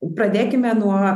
pradėkime nuo